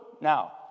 Now